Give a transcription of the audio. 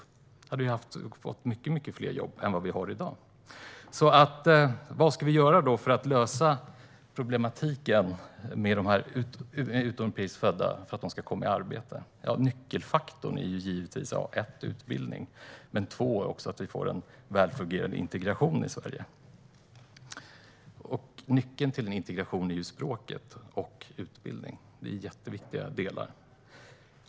Då hade vi fått mycket fler jobb än vad vi har i dag. Vad ska vi göra för att lösa problematiken med de här utomeuropeiskt födda, så att de ska komma i arbete? Ja, nyckelfaktorn är givetvis utbildning. Men det är också att vi får en välfungerande integration i Sverige. Nycklarna till integration är språket och utbildning. Det är jätteviktiga delar.